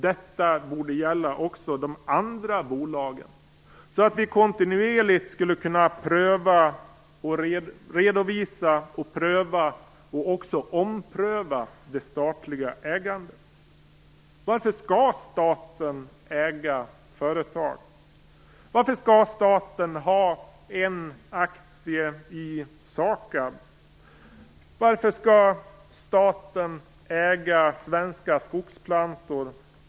Detta borde gälla också de andra bolagen, så att vi kontinuerligt skulle kunna redovisa, pröva och också ompröva det statliga ägandet. Varför skall staten äga företag? Varför skall staten ha en aktie i SAKAB? Varför skall staten äga Svenska Skogsplantor?